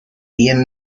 bien